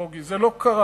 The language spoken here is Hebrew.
בוגי, זה לא קרה.